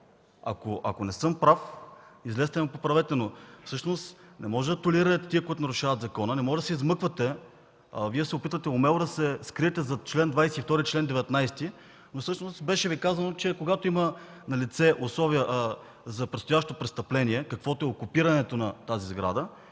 Ако не съм прав, излезте и ме поправете, но всъщност не може да толерирате тези, които нарушават закона, не може да се измъквате, а Вие умело се опитвате да се скриете зад чл. 22 и чл. 19, но Ви беше казано, че когато има налице условия за предстоящо престъпление, каквото е окупирането на тази сграда,